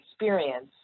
experience